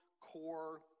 core